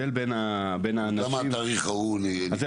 למה נקבע התאריך ההוא?